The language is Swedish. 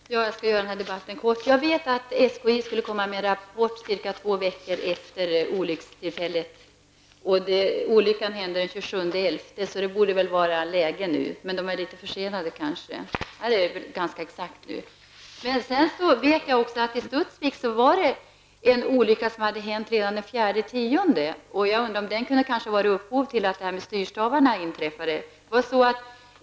Herr talman! Jag skall göra den här debatten kort. Jag vet att SKI skulle komma med en rapport cirka två veckor efter olyckstillfället. Olyckan inträffade den 27 november, så det har väl gått ganska exakt två veckor. Man är litet försenad kanske. Men jag vet också att det hände en olycka i Studsvik redan den 4 oktober. Jag undrar om den kanske var upphovet till vad som hände med styrstavarna.